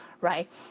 right